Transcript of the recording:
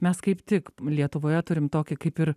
mes kaip tik lietuvoje turim tokį kaip ir